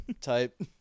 type